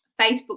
Facebook